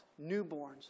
newborns